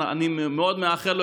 אני מאוד מאחל לו,